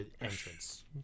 entrance